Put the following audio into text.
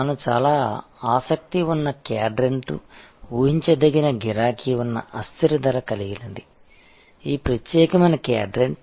మనకు చాలా ఆసక్తి ఉన్న క్వాడ్రంట్ ఊహించదగిన గిరాకీ ఉన్న అస్థిర ధర కలిగినది ఈ ప్రత్యేకమైన క్వాడ్రంట్